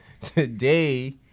Today